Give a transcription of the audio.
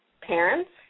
parents